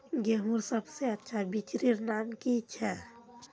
गेहूँर सबसे अच्छा बिच्चीर नाम की छे?